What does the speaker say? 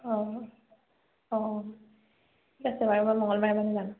অঁ অঁ ঠিক আছে বাৰু মই মঙলবাৰে মানে যাম